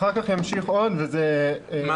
אחר כך ימשיך עוד וזה --- מה?